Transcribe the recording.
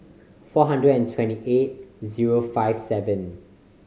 four hundred and twenty eight zero five seven